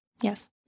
Yes